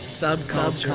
subculture